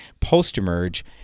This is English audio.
Post-emerge